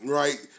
right